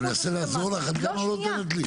אני מנסה לעזור לך, את גם לא נותנת לי?